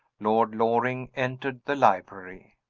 lord loring entered the library.